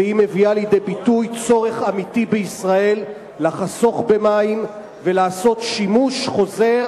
והיא מביאה לידי ביטוי צורך אמיתי בישראל לחסוך במים ולעשות שימוש חוזר